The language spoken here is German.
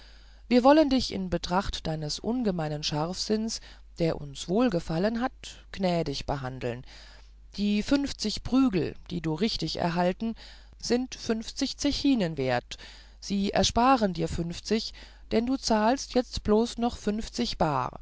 wir wollen dich in betracht deines ungemeinen scharfsinns der uns wohl gefallen hat gnädig behandeln die fünfzig prügel die du richtig erhalten sind fünfzig zechinen wert sie ersparen dir fünfzig denn du zahlst jetzt bloß noch fünfzig bar